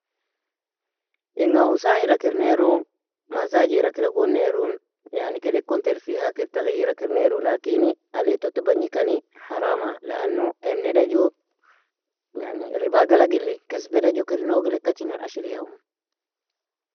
Inga u sahila kir nearu, mazajeara kira gon nearun, yani kede kon terfiha kir taghira kir nearu, lakini allay tota bagnikani harama, lano enneda ju, yani riba galagili, kesbeda ju kir nougil ekachinan ashriyaimu.